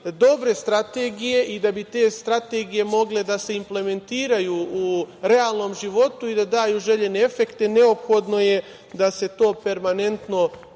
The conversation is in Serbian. dobre strategije i da bi te strategije mogle da se implementiraju u realnom životu i da daju željeni efekte, neophodno je da se to permanentno